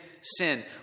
sin